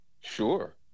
Sure